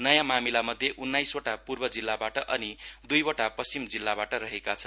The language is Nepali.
नयाँ मामिलामध्ये उन्नाइसवटा पूर्व जिल्लाबाट अनि दुईवटा पश्चिम जिल्लाबाट रहेका छन्